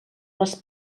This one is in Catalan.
les